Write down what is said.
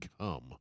Come